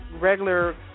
regular